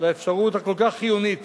לאפשרות הכל-כך חיונית